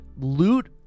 loot